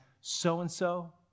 so-and-so